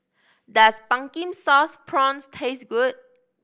does Pumpkin Sauce Prawns taste good